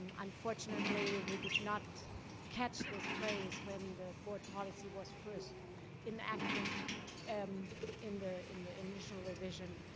um unfortunately, we did not catch this phrase when the board policy was first enacted um in the in the initial revision.